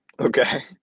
Okay